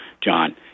John